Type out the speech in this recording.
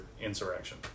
Insurrection